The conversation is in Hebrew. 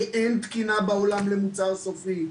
כי אין תקינה בעולם למוצר סופי,